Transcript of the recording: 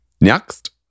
Next